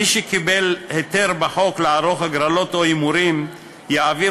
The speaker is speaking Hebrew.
מי שקיבל היתר בחוק לערוך הגרלות או הימורים יעביר